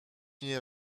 nie